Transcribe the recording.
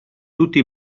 tutti